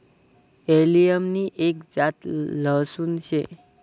allium नि एक जात लहसून शे